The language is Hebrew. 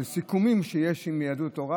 אלה סיכומים שיש עם יהדות התורה.